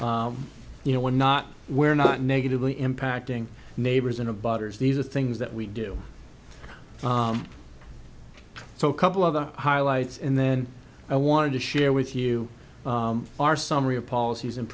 people you know we're not we're not negatively impacting neighbors in a butters these are things that we do so a couple of the highlights and then i wanted to share with you our summary of policies and